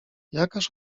jakaż